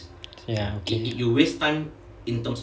ya okay